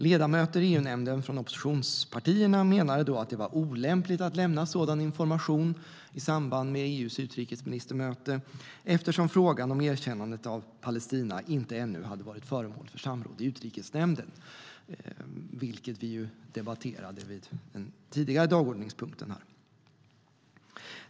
Ledamöter i EU-nämnden från oppositionspartierna menade då att det var olämpligt att lämna sådan information i samband med EU:s utrikesministermöte, eftersom frågan om erkännandet av Palestina ännu inte hade varit föremål för samråd i Utrikesnämnden. Detta debatterade vi under den tidigare dagordningspunkten.